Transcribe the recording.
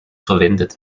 verwendet